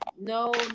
No